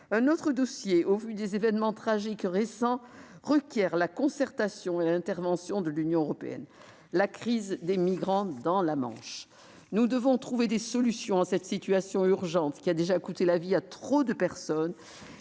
récents et tragiques événements, un autre dossier requiert la concertation et l'intervention de l'Union européenne : la crise des migrants dans la Manche. Nous devons trouver des solutions à cette situation urgente, qui a déjà coûté la vie à trop de personnes,